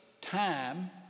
time